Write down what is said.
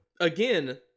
Again